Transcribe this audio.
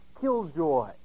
killjoy